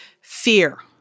fear